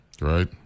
right